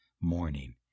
morning